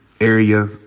area